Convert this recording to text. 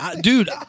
Dude